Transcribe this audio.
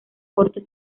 corte